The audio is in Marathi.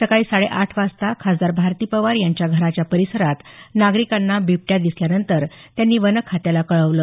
सकाळी साडेआठ वाजता खासदार भारती पवार यांच्या घराच्या परिसरात नागरिकांना बिबट्या दिसल्यानंतर त्यांनी वन खात्याला कळवल